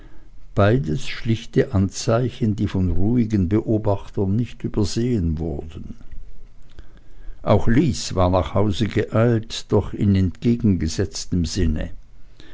beides schlichte anzeichen die von ruhigen beobachtern nicht übersehen wurden auch lys war nach hause geeilt doch in entgegengesetztem sinne